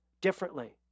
differently